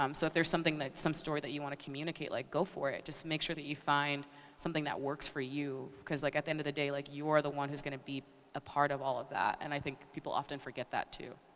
um so if there's something, like some story that you wanna communicate, like go for it. just make sure that you find something that works for you cause, like at the end of the day, like you are the one who's gonna be a part of all of that. and i think people often forget that, too.